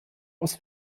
aus